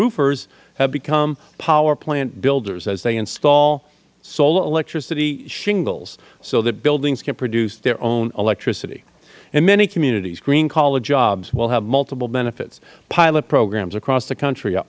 roofers have become powerplant builders as they install solar electricity shingles so that buildings can produce their own electricity in many communities green collar jobs will have multiple benefits pilot programs across the country